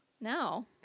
No